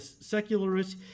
secularists